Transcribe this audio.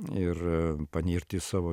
ir panirti į savo